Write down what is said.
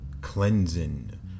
cleansing